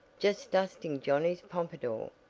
just dusting johnnie's pompadour.